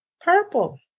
Purple